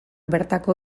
bertako